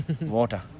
water